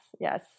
yes